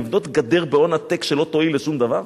לבנות בהון עתק גדר שלא תועיל לשום דבר?